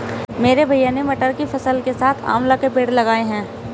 मेरे भैया ने मटर की फसल के साथ आंवला के पेड़ लगाए हैं